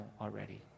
already